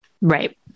Right